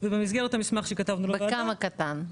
ובמסגרת המסמך שכתבנו -- אבל כמה קטן?